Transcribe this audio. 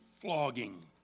flogging